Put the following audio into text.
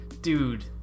Dude